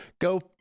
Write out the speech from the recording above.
Go